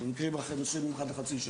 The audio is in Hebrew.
במקרים מסוימים אחת לחצי שנה,